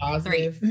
three